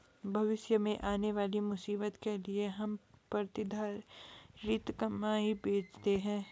भविष्य में आने वाली मुसीबत के लिए हम प्रतिधरित कमाई बचाते हैं